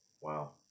Wow